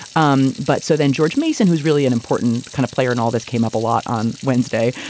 um but so then george mason, who's really an important kind of player in all this, came up a lot on wednesday,